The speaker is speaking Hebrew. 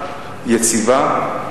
יציבה,